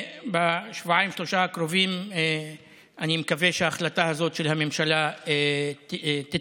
בשבועיים-שלושה הקרובים אני מקווה שההחלטה הזאת של הממשלה תתקבל,